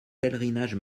pèlerinage